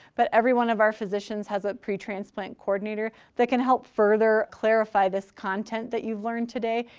but every one of our physicians has a pre-transplant coordinator that can help further clarify this content that you've learned today,